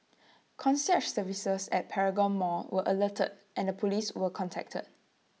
concierge services at Paragon Mall were alerted and the Police were contacted